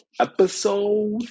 Episode